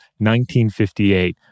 1958